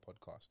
podcast